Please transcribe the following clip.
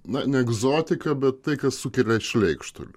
na ne egzotika bet tai kas sukelia šleikštulį